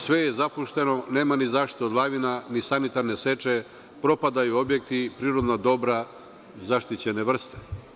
Sve je zapušteno, nema ni zaštitu od lavina, ni sanitarne seče, propadaju objekti, privredna dobra, zaštićene vrste.